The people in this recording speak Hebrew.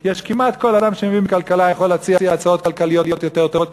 כמעט כל אדם שמבין בכלכלה יכול להציע הצעות כלכליות יותר טובות.